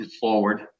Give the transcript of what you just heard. forward